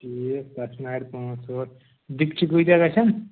ٹھیٖک تشہٕ نارِ پٲنٛژھ ٲٹھ دیٖگچہٕ کٕتیٛاہ گَژھٮ۪ن